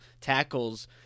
tackles